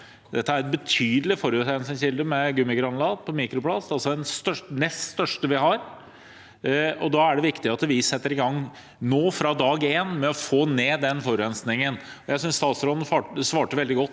er en betydelig forurensningskilde til mikroplast, altså den nest største vi har. Da er det viktig at vi setter i gang nå, fra dag én, med å få ned den forurensningen. Jeg synes statsråden svarte veldig godt